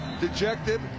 Dejected